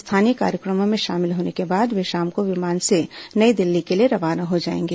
स्थानीय कार्यक्रमों में शामिल होने के बाद वे शाम को विमान से नई दिल्ली के लिए रवाना हो जाएंगे